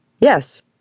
Yes